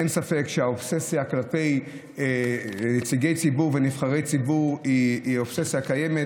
אין ספק שהאובססיה כלפי נציגי ציבור ונבחרי ציבור היא אובססיה קיימת,